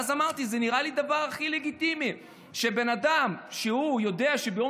אז אמרתי: זה נראה לי דבר הכי לגיטימי שבן אדם שיודע שביום